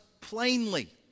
plainly